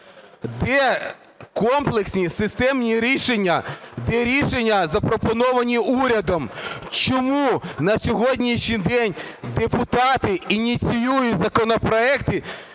Де комплексні і системні рішення? Де рішення, запропоновані урядом? Чому на сьогоднішній день депутати ініціюють законопроекти,